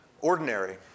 Ordinary